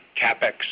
CapEx